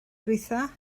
ddiwethaf